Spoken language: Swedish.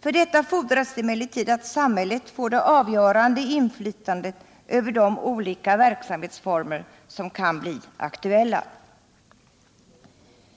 För det fordras emellertid att samhället får det avgörande inflytandet över de olika verksamhetsformer som kan bli aktuella.